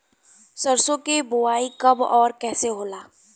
सरसो के बोआई कब और कैसे होला?